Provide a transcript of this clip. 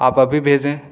آپ ابھی بھیجیں